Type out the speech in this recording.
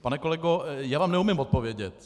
Pane kolego, já vám neumím odpovědět.